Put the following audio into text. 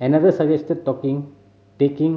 another suggested talking taking